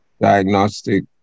Diagnostic